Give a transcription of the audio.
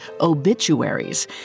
Obituaries